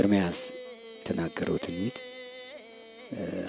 at a mess to not go to